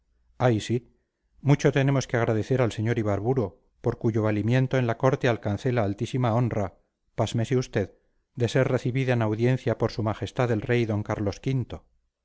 ay sí mucho tenemos que agradecer al señor ibarburu por cuyo valimiento en la corte alcancé la altísima honra pásmese usted de ser recibida en audiencia por su majestad el rey d carlos